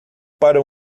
para